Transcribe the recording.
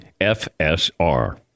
FSR